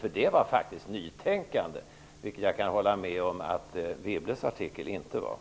Den innebar ett nytänkande, vilket jag kan hålla med om att Wibbles artikel inte gjorde.